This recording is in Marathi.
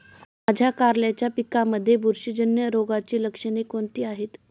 माझ्या कारल्याच्या पिकामध्ये बुरशीजन्य रोगाची लक्षणे कोणती आहेत?